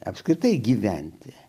apskritai gyventi